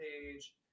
page